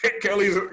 Kelly's